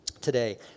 today